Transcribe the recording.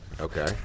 Okay